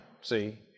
See